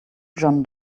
john